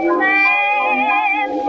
man